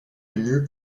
ému